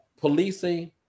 policing